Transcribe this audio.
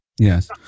Yes